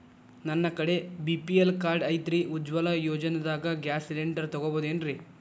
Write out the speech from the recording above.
ನನ್ನ ಕಡೆ BPL card ಐತ್ರಿ, ಉಜ್ವಲಾ ಯೋಜನೆದಾಗ ಗ್ಯಾಸ್ ಸಿಲಿಂಡರ್ ತೊಗೋಬಹುದೇನ್ರಿ?